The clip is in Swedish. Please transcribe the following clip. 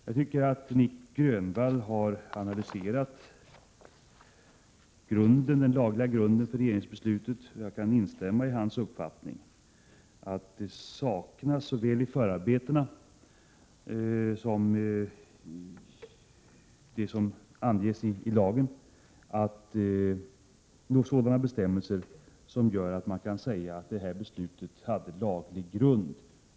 Jag tycker att Nic Grönvall har analyserat den lagliga grunden för regeringsbeslutet, och jag kan instämma i hans uppfattning att det såväl i förarbetena som i lagen saknas sådana bestämmelser som gör att man kan säga att beslutet har laglig grund.